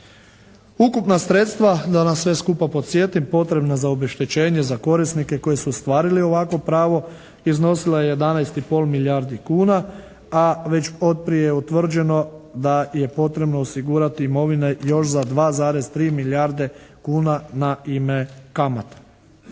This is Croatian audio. Ukupna sredstva da nas sve skupa podsjetim potrebna za obeštećenje za korisnike koji su ostvarili ovakvo pravo iznosila je 11 i pol milijardi kuna, a već otprije je utvrđeno da je potrebno osigurati imovine još za 2,3 milijarde kuna na ime kamata.